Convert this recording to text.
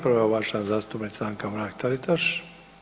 Prva je uvažena zastupnica Anka Mrak Taritaš.